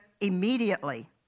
immediately